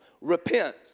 Repent